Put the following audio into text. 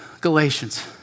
Galatians